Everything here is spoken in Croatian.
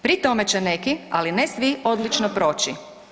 Pri tome će neki, ali ne svi, odlično proći.